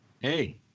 Hey